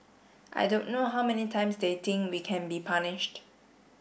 I don't know how many times they think we can be punished